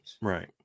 Right